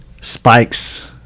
Spikes